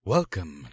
Welcome